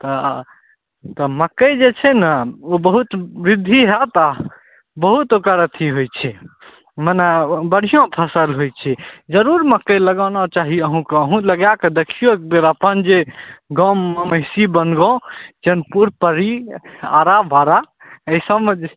तऽ तऽ मकइ जे छै ने ओ बहुत वृद्धि हैत आओर बहुत ओकर अथी होइ छै मने बढ़िआँ फसल होइ छै जरूर मकइ लगाना चाही अहाँके अहुँ लगाके देखियौ एकबेर अपन जे गाँवमे महिषी बनगाँव चैनपुर पर्री आरा बारा अइ सबमे जे